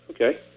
Okay